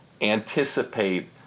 anticipate